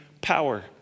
power